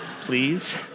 please